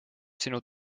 sinu